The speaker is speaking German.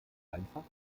einfach